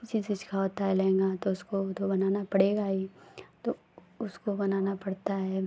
किसी चीज़ का होता है लहँगा तो उसको तो बनाना पड़ेगा ही तो उसको बनाना पड़ता है